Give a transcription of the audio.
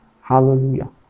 Hallelujah